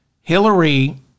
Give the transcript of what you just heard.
Hillary